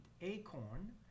acorn